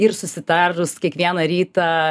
ir susitarus kiekvieną rytą